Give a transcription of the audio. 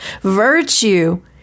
Virtue